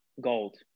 gold